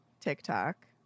tiktok